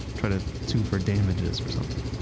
try to sue for damages or something.